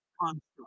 construct